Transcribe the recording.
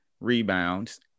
rebounds